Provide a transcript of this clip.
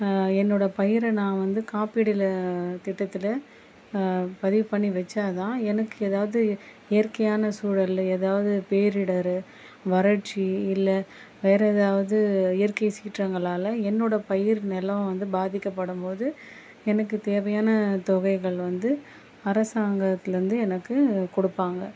என்னோட பயிரை நான் வந்து காப்பீடு திட்டத்தில் பதிவு பண்ணி வெச்சா தான் எனக்கு ஏதாவது இயற்கையான சூழல்ல ஏதாவது பேரிடர் வறட்சி இல்லை வேறு ஏதாவது இயற்கை சீற்றங்களால் என்னோட பயிர் நிலம் வந்து பாதிக்கப்படும்போது எனக்கு தேவையான தொகைகள் வந்து அரசாங்கத்துலேருந்து எனக்கு கொடுப்பாங்க